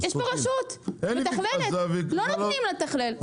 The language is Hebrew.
-- יש פה רשות מתכללת, לא נותנים לה לתכלל,